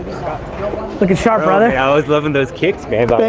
you know like sharp, brother. i was loving those kicks, man,